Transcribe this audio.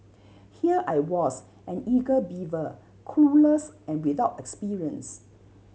here I was an eager beaver clueless and without experience